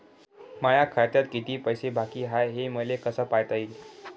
माया खात्यात किती पैसे बाकी हाय, हे मले कस पायता येईन?